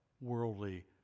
worldly